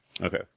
Okay